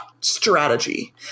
strategy